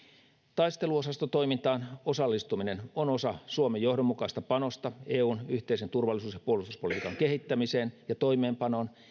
taisteluosastotoimintaan osallistuminen on osa suomen johdonmukaista panosta eun yhteisen turvallisuus ja puolustuspolitiikan kehittämiseen ja toimeenpanoon